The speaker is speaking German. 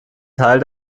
teil